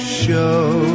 show